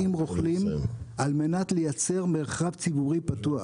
רוכלים על מנת לייצר מרחב ציבורי פתוח.